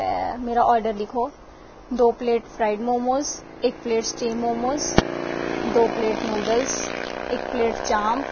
ते मेरा आर्डर लिखो दो प्लेट फ्राइड मोमोज इक प्लेट स्टीम मोमोज दो प्लेट नुडल्स इक प्लेट चांप